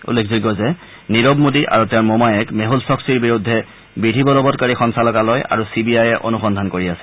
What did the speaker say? উল্লেখযোগ্য যে নীৰৱ মোদী আৰু তেওঁৰ মোমায়েক মেছল চকচীৰ বিৰুদ্ধে বিধি বলবৎকাৰী সঞ্চালকালয় আৰু চি বি আয়ে অনুসন্ধান কৰি আছে